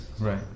Right